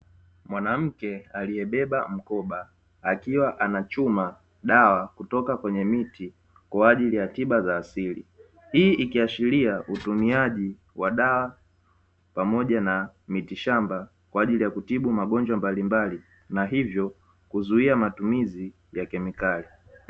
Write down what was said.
Mwanamke aliyebeba mkoba akiwa anachuma dawa, kutoka kwenye miti kwa ajili ya tiba za asili. Hii ikiashiria utumiaji wa dawa, pamoja na miti shamba kwa ajili ya kutibu magonjwa mbalimbali, na hivyo kuzuia matumizi ya kemikali.